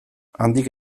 handik